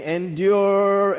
endure